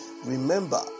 Remember